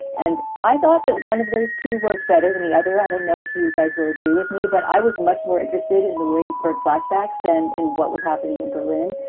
and i thought that one of those two worked better than the other. i don't know if you guys will agree with me, but i was much more interested in the williamsburg flashbacks than in what was happening in berlin.